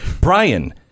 Brian